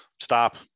stop